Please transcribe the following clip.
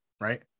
right